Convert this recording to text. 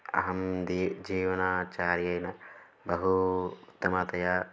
अहं दी जीवनाचार्येण बहु उत्तमतया